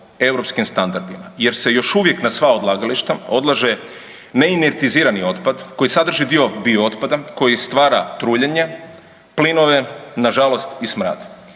europskim standardima jer se još uvijek na sva odlagališta odlaže neinertizirani otpad koji sadrži dio otpada, koji stvara truljenje, plinove, nažalost i smrad.